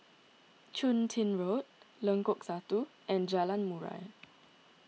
Chun Tin Road Lengkok Satu and Jalan Murai